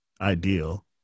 ideal